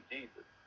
Jesus